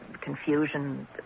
confusion